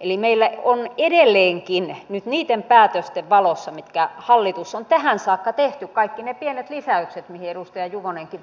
eli meillä on edelleenkin nyt niiden päätösten valossa mitkä hallitus on tähän saakka tehnyt kaikkien niiden pienten lisäysten valossa mihin edustaja juvonenkin